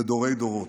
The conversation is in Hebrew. לדורי-דורות.